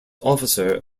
officer